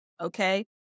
okay